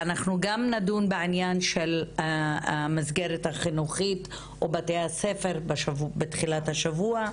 ואנחנו גם נדון בעניין של המסגרת החינוכית או בתי הספר בתחילת השבוע.